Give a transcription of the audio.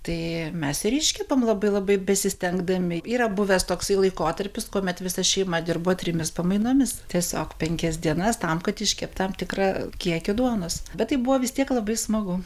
tai mes ir iškepam labai labai besistengdami yra buvęs toks laikotarpis kuomet visa šeima dirbo trimis pamainomis tiesiog penkias dienas tam kad iškeptam tikrą kiekį duonos bet tai buvo vis tiek labai smagu